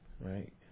Right